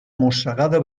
mossegada